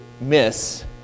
miss